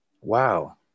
wow